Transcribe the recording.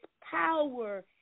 power